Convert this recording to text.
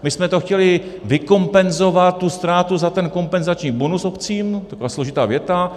My jsme to chtěli vykompenzovat, tu ztrátu, za ten kompenzační bonus obcím, taková složitá věta.